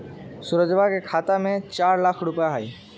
सुरजवा के खाता में चार लाख रुपइया हई